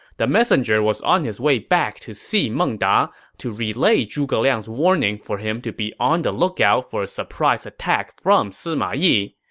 the guy was on his way back to see meng da to relay zhuge liang's warning for him to be on the lookout for a surprise attack from sima yi,